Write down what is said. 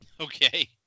Okay